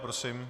Prosím.